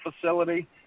facility